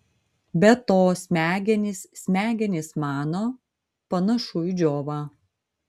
be to smegenys smegenys mano panašu į džiovą